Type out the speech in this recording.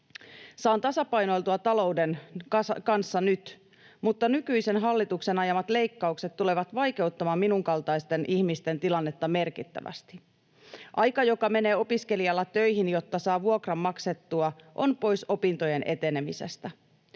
Saan tasapainoiltua talouden kanssa nyt, mutta nykyisen hallituksen ajamat leikkaukset tulevat vaikeuttamaan minun kaltaisten ihmisten tilannetta merkittävästi. Aika, joka menee opiskelijalla töihin, jotta saa vuokran maksettua, on pois opintojen etenemisestä.